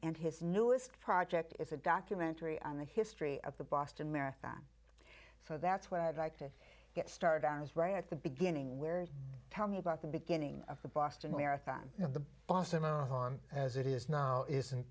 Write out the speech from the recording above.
and his newest project is a documentary on the history of the boston marathon so that's what i'd like to get started on is right at the beginning where tell me about the beginning of the boston marathon and the awesome out on as it is now isn't